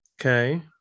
Okay